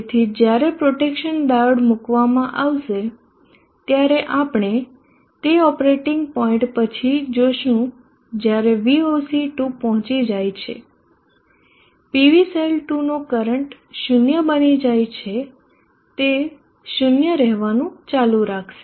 તેથી જ્યારે protection diode મૂકવામાં આવશે ત્યારે આપણે તે ઓપરેટીંગ પોઇન્ટ પછી જોશું જ્યારે Voc2 પહોંચી જાય છે PVસેલ 2 નો કરંટ 0 બની જાય છે તે 0 રહેવાનું ચાલુ રાખશે